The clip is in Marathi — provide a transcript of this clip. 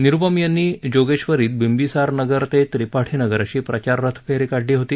निरुपम यांनी काल जोगेश्वरी त बिंबिसार नगर ते त्रिपाठीनगर अशी प्रचाररथ फेरी काढली होती